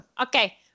okay